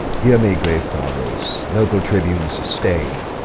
hear me, grave fathers noble tribunes, stay!